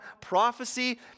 prophecy